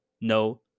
No